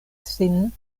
sin